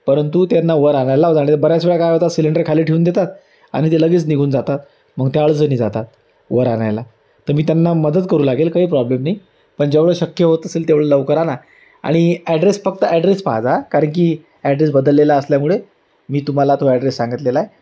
परंतु त्यांना वर आणायला लाव जा बऱ्याच वेळा काय होतात सिलेंडर खाली ठेवून देतात आणि ते लगेच निघून जातात मग त्यावेळेसनी जातात वर आणायला त तर मी त्यांना मदत करू लागेल काही प्रॉब्लेम नाही पण जेवढं शक्य होत असेल तेवढं लवकर आना आणि ॲड्रेस फक्त ॲड्रेस पाहा जा कारण की ॲड्रेस बदललेला असल्यामुळे मी तुम्हाला तो ॲड्रेस सांगितलेला आहे